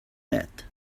that